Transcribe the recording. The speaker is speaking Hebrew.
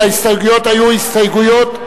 שההסתייגויות היו הסתייגות,